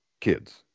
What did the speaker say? kids